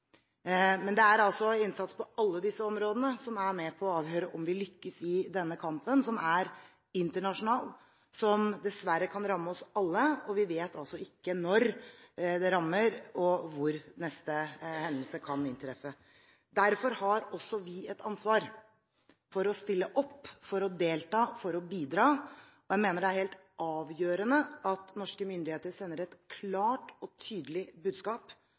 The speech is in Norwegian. Men det er altså innsats på alle disse områdene som er med på å avgjøre om vi lykkes i denne kampen, som er internasjonal, og som dessverre kan ramme oss alle. Vi vet altså ikke når den rammer, og hvor neste hendelse kan inntreffe. Derfor har også vi et ansvar for å stille opp, for å delta og for å bidra. Jeg mener det er helt avgjørende at norske myndigheter sender et klart og tydelig budskap